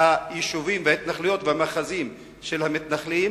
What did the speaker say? היישובים וההתנחלויות והמאחזים של המתנחלים?